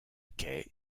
key